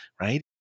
right